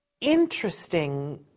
interesting